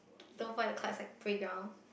go fly the kites at playground